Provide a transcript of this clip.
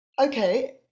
okay